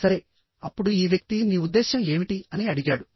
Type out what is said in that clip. సరే అప్పుడు ఈ వ్యక్తి నీ ఉద్దేశ్యం ఏమిటి అని అడిగాడు